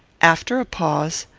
after a pause,